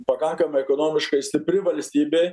pakankamai ekonomiškai stipri valstybė